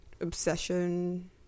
obsession